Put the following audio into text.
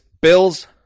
Bills